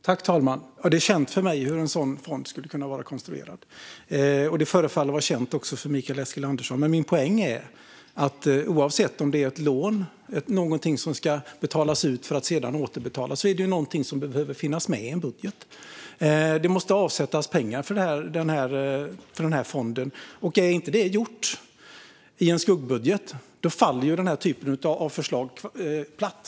Fru talman! Det är känt för mig hur en sådan fond skulle kunna vara konstruerad. Det förefaller även att vara känt för Mikael Eskilandersson. Men min poäng är att oavsett om det är ett lån - något som ska betalas ut för att sedan återbetalas - är det något som behöver finnas med i en budget. Man måste avsätta pengar för fonden. Om det inte är gjort i en skuggbudget faller förslag som detta platt.